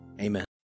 Amen